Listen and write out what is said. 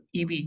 EV